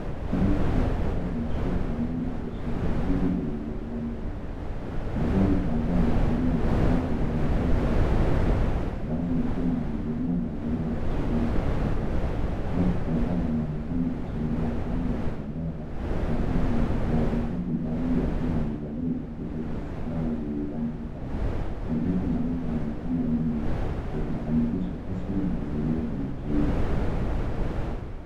Mandhari ya barabara enye shugli nyingi yakiashiria jiji lenye mienendo mingi. Magari kadhaa ikiwemo matatu yamegeshwa barabarani, baadhi yakiwa na abiria na wengine wakisubiri kuondoka. Watu kadhaa wanaonekana wakitembea kando ya barabara na kati ya magari huku baadhi wakiwa wamevalia jaketi za usalama zenye rangi kali. Majengo marefu yanaonekana nyuma yakikamilisha taswira ya mazingira ya mijini.